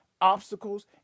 obstacles